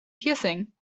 piercing